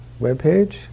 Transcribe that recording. webpage